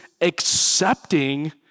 accepting